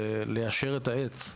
וליישר את העץ.